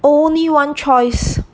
only one choice